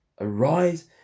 arise